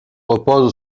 reposent